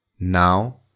Now